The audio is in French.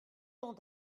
temps